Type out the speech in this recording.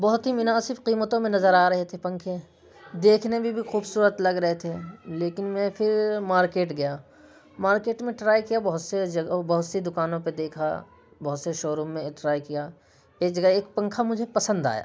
بہت ہی مناسب قیمتوں میں نظر آ رہے تھے پنکھے دیکھنے میں بھی خوبصورت لگ رہے تھے لیکن میں پھر مارکیٹ گیا مارکیٹ میں ٹرائی کیا بہت سے بہت سی دکانوں پہ دیکھا بہت سے شو روم میں ٹرائی کیا ایک جگہ ایک پنکھا مجھے پسند آیا